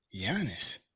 Giannis